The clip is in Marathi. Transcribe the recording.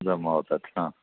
जमा होतात हां